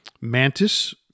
Mantis